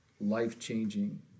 life-changing